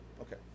Okay